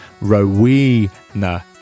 Rowena